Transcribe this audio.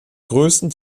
größten